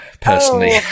personally